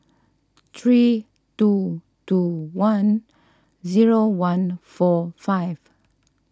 three two two one zero one four five